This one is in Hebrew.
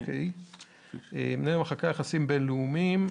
מנהל המחלקה ליחסים בין-לאומיים,